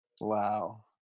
wow